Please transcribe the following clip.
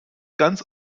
ganz